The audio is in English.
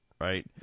right